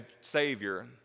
savior